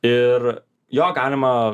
ir jo galima